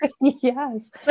Yes